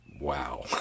wow